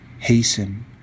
hasten